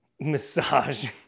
massage